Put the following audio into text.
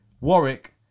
Warwick